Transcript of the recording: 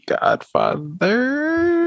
godfather